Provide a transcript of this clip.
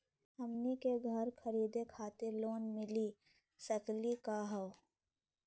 हमनी के घर खरीदै खातिर लोन मिली सकली का हो?